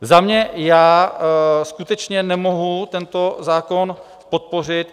Za mě, já skutečně nemohu tento zákon podpořit.